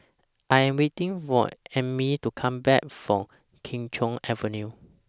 I Am waiting For Emmie to Come Back from Kee Choe Avenue